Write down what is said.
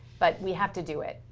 but we have to do it.